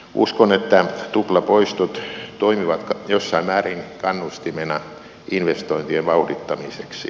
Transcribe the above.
uskon että tuplapoistot toimivat jossain määrin kannustimena investointien vauhdittamiseksi